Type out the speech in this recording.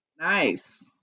Nice